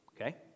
okay